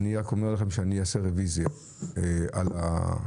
אני רק אומר לכם שאני אעשה רוויזיה על ההצבעה.